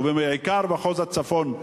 ובעיקר מחוז הצפון,